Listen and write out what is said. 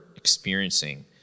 experiencing